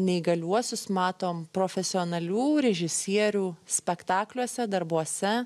neįgaliuosius matom profesionalių režisierių spektakliuose darbuose